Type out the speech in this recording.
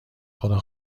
خدا